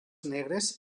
negres